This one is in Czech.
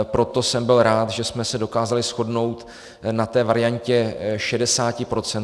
Proto jsem byl rád, že jsme se dokázali shodnout na té variantě 60 %.